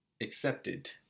Accepted